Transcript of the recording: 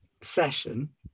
session